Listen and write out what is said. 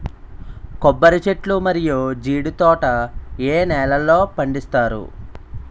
కొబ్బరి చెట్లు మరియు జీడీ తోట ఏ నేలల్లో పండిస్తారు?